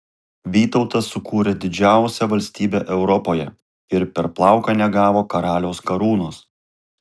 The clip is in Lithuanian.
vytautas sukūrė didžiausią valstybę europoje ir per plauką negavo karaliaus karūnos